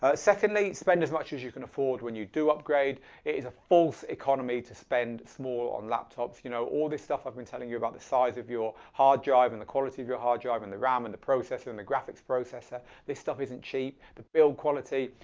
ah secondly spend as much as you can afford when you do upgrade. it is a false economy to spend small on laptops. you know, all this stuff i've been telling you about the size of your hard drive and the quality of your hard drive and the ram and the processor and a graphics processor, this stuff isn't cheap, the build quality.